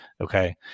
okay